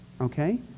okay